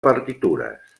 partitures